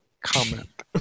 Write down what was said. comment